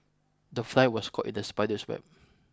the fly was caught in the spider's web